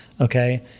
okay